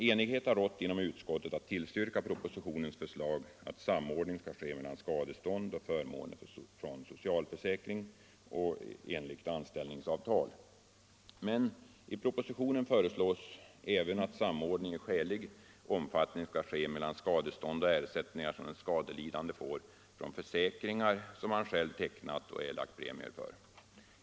Enighet har rått inom utskottet om att tillstyrka propositionens förslag att samordning skall ske mellan skadestånd och förmåner från socialförsäkringar och enligt anställningsavtalet. Men i propositionen föreslås även att samordning i skälig omfattning skall ske mellan skadestånd och ersättningar som den skadelidande får från försäkringar som han själv tecknat och erlagt premier för.